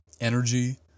energy